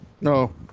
No